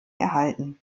erhalten